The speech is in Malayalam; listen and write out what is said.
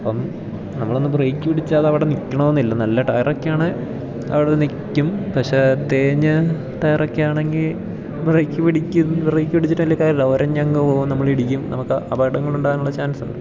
അപ്പം നമ്മളൊന്ന് ബ്രേക്ക് പിടിച്ചാൽ അതവിടെ നിൽക്കണമെന്നില്ല നല്ല ടയറൊക്കെ ആണേൽ അവിടെ നിൽക്കും പക്ഷേ തേഞ്ഞ ടയർ ഒക്കെ ആണെങ്കിൽ ബ്രേക്ക് പിടിക്കും ബ്രേക്ക് പിടിച്ചിട്ടില്ലെങ്കിൽ കാര്യമില്ല ഉരഞ്ഞങ്ങ് പോവും നമ്മളിടിക്കും നമുക്ക് അപകടങ്ങൾ ഉണ്ടാകാനുള്ള ചാൻസ് ഉണ്ട്